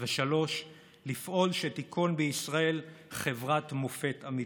3. לפעול שתיכון בישראל חברת מופת אמיתית.